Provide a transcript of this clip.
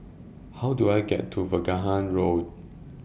How Do I get to Vaughan Road